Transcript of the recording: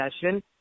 session